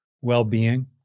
well-being